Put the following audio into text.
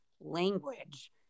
language